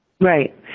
right